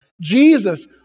Jesus